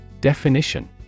Definition